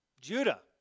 Judah